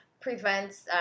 prevents